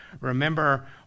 Remember